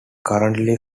currently